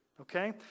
okay